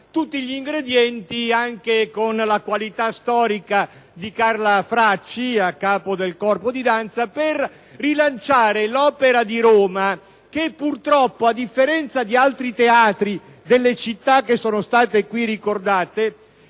tutti gli ingredienti, anche la qualità storica di Carla Fracci, che era a capo del corpo di danza, per rilanciare l'Opera di Roma che, purtroppo, a differenza di altri teatri di città che sono state qui ricordate,